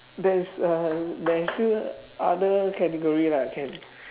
there's uh there's still other category lah can